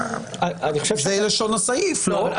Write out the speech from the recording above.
זה לשון הסעיף, לא?